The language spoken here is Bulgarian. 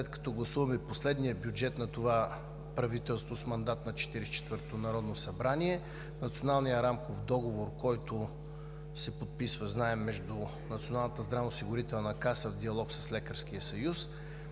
като гласуваме последния бюджет на това правителство с мандат на 44-тото народно събрание – Националният рамков договор се подписва, знаем, между Националната здравноосигурителна каса в диалог с Българския